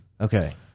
Okay